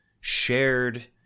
shared